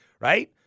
right